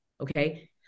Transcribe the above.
Okay